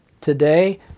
today